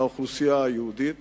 לאוכלוסייה היהודית,